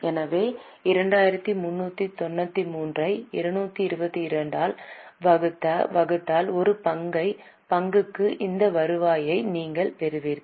எனவே 2393 ஐ 222 ஆல் வகுத்தால் ஒரு பங்குக்கு இந்த வருவாயை நீங்கள் பெறுவீர்கள்